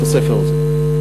את הספר הזה.